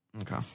Okay